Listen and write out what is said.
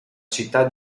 città